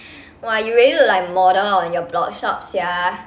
!wah! you really look like model hor in your blogshop sia